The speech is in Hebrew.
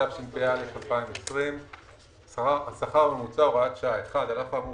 התשפ"א 2020 השכר הממוצע הוראת שעה 1.על אף האמור